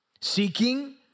seeking